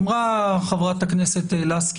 אמרה חברת הכנסת לסקי,